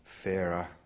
Fairer